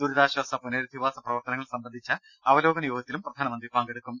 ദുരിതാശ്വാസ പുനരധിവാസ പ്രവർത്തനങ്ങൾ സംബന്ധിച്ച അവലോകന യോഗത്തിലും പ്രധാനമന്ത്രി പങ്കെടുക്കും